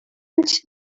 anys